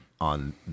on